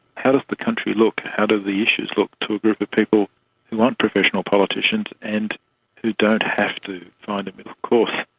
how does the country look, how do the issues look to a group of people who aren't professional politicians and who don't have to find a middle course,